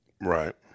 Right